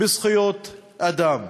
בזכויות אדם.